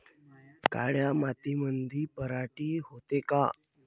काळ्या मातीमंदी पराटी होते का?